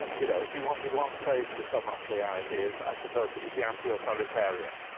you know, if you wanted one phrase to sum up the ideas, i suppose it would be anti-authoritarian.